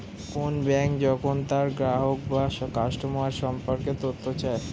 কোন ব্যাঙ্ক যখন তার গ্রাহক বা কাস্টমার সম্পর্কে তথ্য চায়